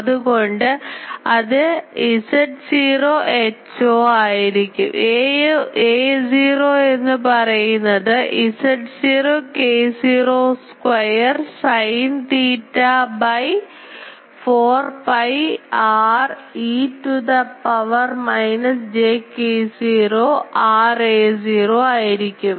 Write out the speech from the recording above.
അതുകൊണ്ട് അത് Z0 Hö ആണ് aö എന്നു പറയുന്നത് Z0 k0 square sin theta by 4 pi r e to the power minus j k0 r aö ആയിരിക്കും